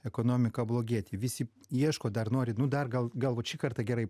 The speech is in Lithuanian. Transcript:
ekonomika blogėti visi ieško dar nori nu dar gal gal vat šį kartą gerai